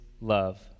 love